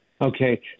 okay